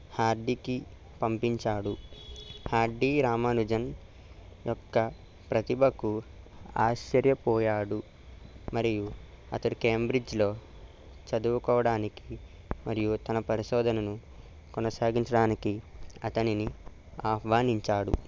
హార్డీకి పంపించాడు హార్డీ రామానుజన్ యొక్క ప్రతిభకు ఆశ్చర్యపోయాడు మరియు అతడు కేంబ్రిడ్జులో చదువుకోవడానికి మరియు తన పరిశోధనను కొనసాగించడానికి అతనిని ఆహ్వానించాడు